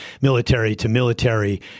military-to-military